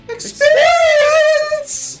Experience